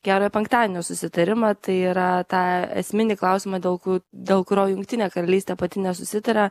gerojo penktadienio susitarimą tai yra tą esminį klausimą dėl kų dėl kurio jungtinė karalystė pati nesusitaria